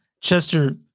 Chester